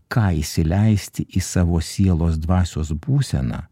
ką įsileisti į savo sielos dvasios būseną